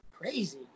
crazy